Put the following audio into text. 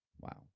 wow